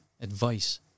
advice